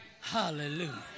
Hallelujah